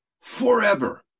forever